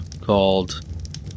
called